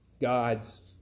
God's